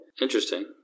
Interesting